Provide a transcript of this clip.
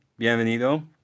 bienvenido